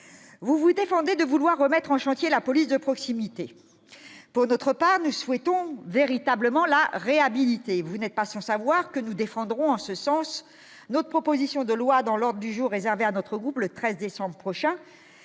vous vous défendez de vouloir remettre en chantier la police de proximité, pour notre part, nous souhaitons véritablement la réhabiliter, vous n'êtes pas sans savoir que nous défendrons en ce sens, notre proposition de loi dans l'ordre du jour réservé à d'autres groupes le 13 décembre prochain